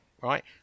right